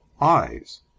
eyes